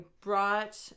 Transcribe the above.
brought